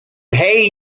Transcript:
hey